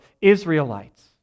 Israelites